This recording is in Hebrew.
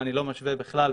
ואני לא משווה בכלל,